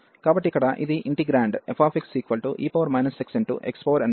కాబట్టి ఇక్కడ ఇది ఇంటిగ్రాండ్ fxe xxn 1